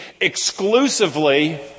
exclusively